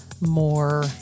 more